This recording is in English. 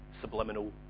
subliminal